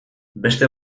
beste